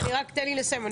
תן לי לסיים.